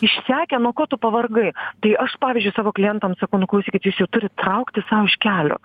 išsekę nuo ko tu pavargai tai aš pavyzdžiui savo klientams sakau nu klausykit jūs jau turit trauktis sau iš kelio